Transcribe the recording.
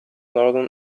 northern